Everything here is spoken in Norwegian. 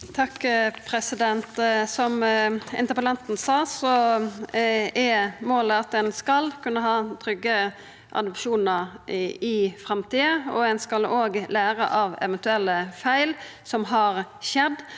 Toppe Som interpellan- ten sa, er målet at ein skal kunna ha trygge adopsjonar i framtida, og ein skal òg læra av eventuelle feil som har skjedd.